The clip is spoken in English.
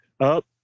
up